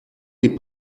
est